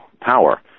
power